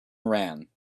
iran